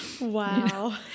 Wow